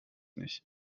nicht